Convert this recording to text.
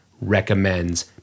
recommends